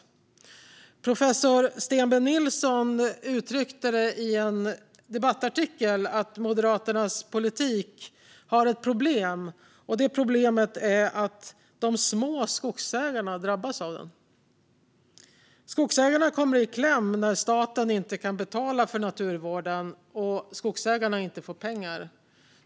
Professor Sten B Nilsson uttryckte i en debattartikel att Moderaternas politik har ett problem. Detta problem är att de små skogsägarna drabbas av den. Skogsägarna kommer i kläm när staten inte kan betala för naturvården och skogsägarna inte får pengar.